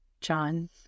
John